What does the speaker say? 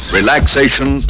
relaxation